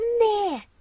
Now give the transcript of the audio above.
there